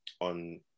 on